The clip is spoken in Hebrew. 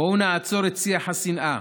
בואו נעצור את שיח השנאה.